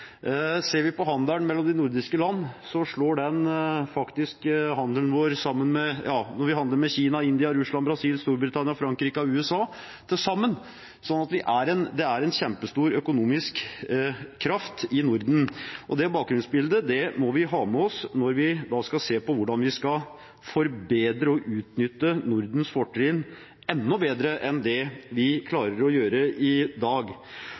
Ser vi på handelen mellom de nordiske land, slår den faktisk handelen vår med Kina, India, Russland, Brasil, Storbritannia, Frankrike og USA til sammen. Så det er en kjempestor økonomisk kraft i Norden. Det bakgrunnsbildet må vi ha med oss når vi skal se på hvordan vi skal forbedre og utnytte Nordens fortrinn enda bedre enn det vi klarer å gjøre i dag.